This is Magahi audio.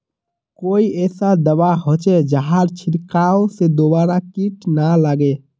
कोई ऐसा दवा होचे जहार छीरकाओ से दोबारा किट ना लगे?